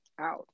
out